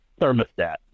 thermostat